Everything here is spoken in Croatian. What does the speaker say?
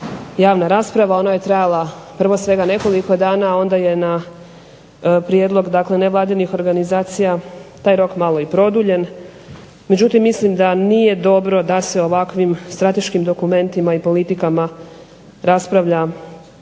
javna rasprava. Ona je trajala prvo svega nekoliko dana, a onda je na prijedlog dakle nevladinih organizacija taj rok malo i produljen. Međutim, mislim da nije dobro da se ovakvim strateškim dokumentima i politikama raspravlja